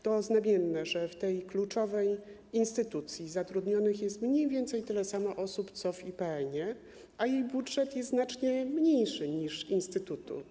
To znamienne, że w tej kluczowej instytucji zatrudnionych jest mniej więcej tyle samo osób co w IPN-ie, a jej budżet jest znacznie mniejszy niż IPN-u.